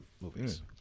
Movies